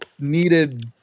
needed